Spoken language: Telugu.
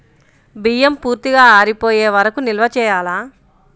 బియ్యం పూర్తిగా ఆరిపోయే వరకు నిల్వ చేయాలా?